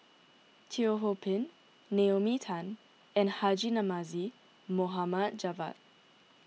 Teo Ho Pin Naomi Tan and Haji Namazie Mohd Javad